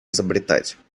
изобретать